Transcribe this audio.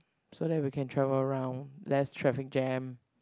so that we can travel around less traffic jam